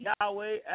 Yahweh